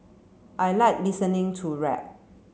I like listening to rap